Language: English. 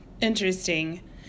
Interesting